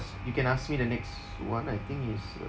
you can ask me the next [one] I think it's